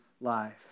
life